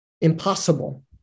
impossible